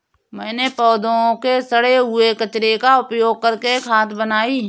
मैंने पौधों के सड़े हुए कचरे का उपयोग करके खाद बनाई